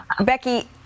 Becky